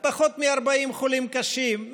פחות מ-40 חולים קשים.